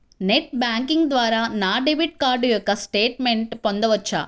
Net banking ద్వారా నా debit card యొక్క స్టేట్మెంట్ పొందవచ్చా?